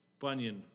Bunyan